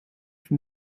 from